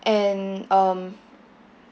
and um